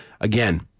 Again